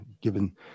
given